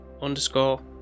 underscore